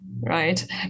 right